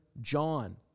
John